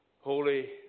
Holy